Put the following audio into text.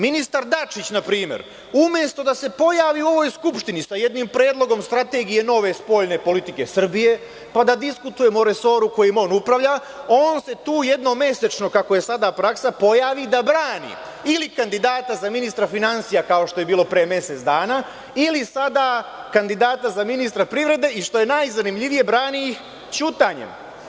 Ministar Dačić, na primer, umesto da se pojavi u ovoj Skupštini sa jednim predlogom strategije nove spoljne politike Srbije, pa da diskutujemo o resoru kojim on upravlja, on se tu jednom mesečno, kako je sada praksa, pojavi da brani ili kandidata za ministra finansija, kao što je bilo pre mesec dana, ili sada kandidata za ministra privrede i što je najzanimljivije, brani ih ćutanjem.